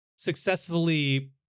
successfully